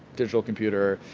digital computer,